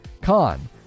Con